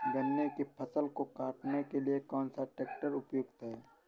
गन्ने की फसल को काटने के लिए कौन सा ट्रैक्टर उपयुक्त है?